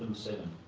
seven,